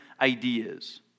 ideas